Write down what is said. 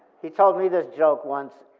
he told me this joke once